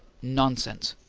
nonsense!